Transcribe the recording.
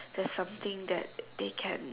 there's something that they can